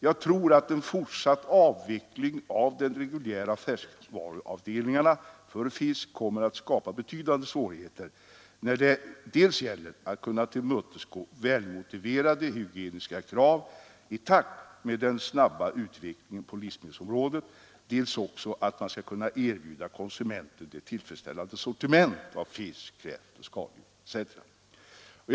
Jag tror att en fortsatt avveckling av de reguljära färskvaruavdelningarna för fisk kommer att skapa betydande svårigheter när det gäller dels att kunna tillmötesgå välmotiverade hygieniska krav i takt med den snabba utvecklingen på livsmedelsområdet, dels att kunna erbjuda konsumenten ett vidgat sortiment av fisk, kräftoch skaldjur m.m.